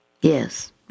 Yes